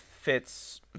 fits